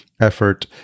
effort